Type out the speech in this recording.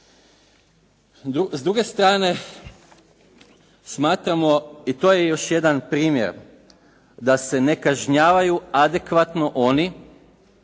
S druge strane, smatramo i to je još jedan primjer da se ne kažnjavaju adekvatno oni